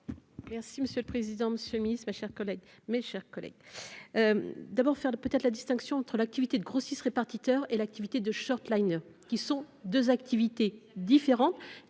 Merci monsieur le président, Monsieur le Ministre, mes chers collègues, mes chers collègues, d'abord faire peut-être la distinction entre l'activité de grossiste répartiteur et l'activité de short Line, qui sont 2 activités différentes